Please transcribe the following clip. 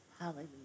Hallelujah